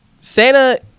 Santa